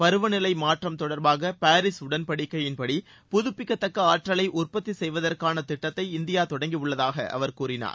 பருவநிலைமாற்றம் தொடர்பாக பாரிஸ் உடன்படிக்கையின்படி புதப்பிக்கத்தக்க ஆற்றலை உற்பத்தி செய்வதற்கான திட்டத்தை இந்தியா தொடங்கியுள்ளதாக அவர் கூறினார்